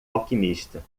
alquimista